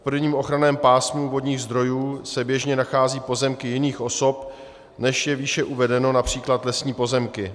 V prvním ochranném pásmu vodních zdrojů se běžně nacházejí pozemky jiných osob, než je výše uvedeno, například lesní pozemky.